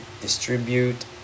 distribute